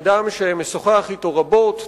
אדם שמשוחח אתו רבות,